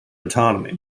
autonomy